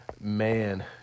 Man